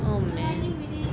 the lightning really